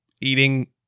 eating